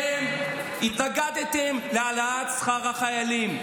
אתם התנגדתם להעלאת שכר החיילים.